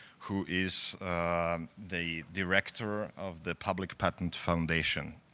who is the director of the public patent foundation.